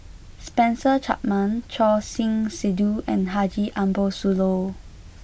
Spencer Chapman Choor Singh Sidhu and Haji Ambo Sooloh